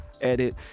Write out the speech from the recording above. edit